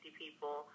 people